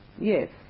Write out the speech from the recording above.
Yes